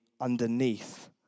underneath